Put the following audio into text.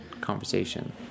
conversation